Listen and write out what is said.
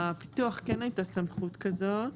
הפיקוח הייתה סמכות כזאת.